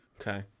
Okay